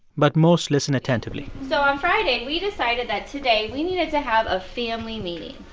but most listen attentively so on friday, we decided that today we needed to have a family meeting,